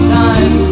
time